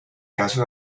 caso